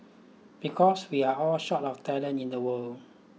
because we are all short of talent in the world